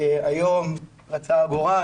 היום רצה הגורל,